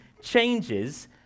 changes